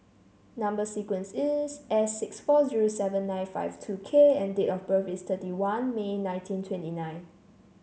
number sequence is S six four zero seven nine five two K and date of birth is thirty one May nineteen twenty nine